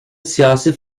siyasi